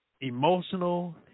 emotional